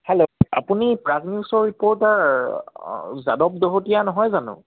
hello আপুনি প্ৰাগ নিউজৰ reporter Yadav দহোটীয়া নহয় জানো